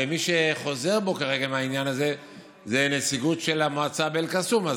ומי שחוזר בו כרגע מהעניין הזה זה נציגות של המועצה באל-קסום.